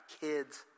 kids